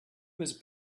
was